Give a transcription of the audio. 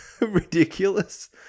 ridiculous